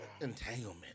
Entanglement